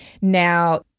Now